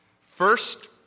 First